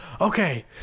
Okay